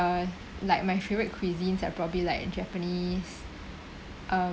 uh like my favourite cuisines are probably like japanese